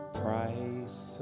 price